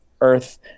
earth